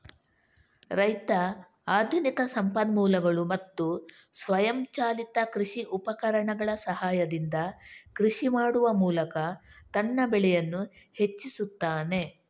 ರೈತ ಆಧುನಿಕ ಸಂಪನ್ಮೂಲಗಳು ಮತ್ತು ಸ್ವಯಂಚಾಲಿತ ಕೃಷಿ ಉಪಕರಣಗಳ ಸಹಾಯದಿಂದ ಕೃಷಿ ಮಾಡುವ ಮೂಲಕ ತನ್ನ ಬೆಳೆಯನ್ನು ಹೆಚ್ಚಿಸುತ್ತಾನೆ